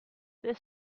this